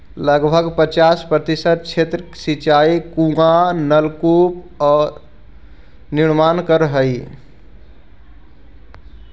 लगभग पचास प्रतिशत क्षेत्र के सिंचाई कुआँ औ नलकूप पर निर्भर करऽ हई